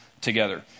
together